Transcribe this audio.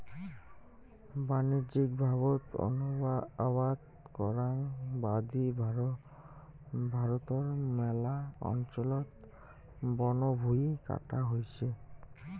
বাণিজ্যিকভাবত আবাদ করাং বাদি ভারতর ম্যালা অঞ্চলত বনভুঁই কাটা হইছে